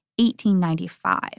1895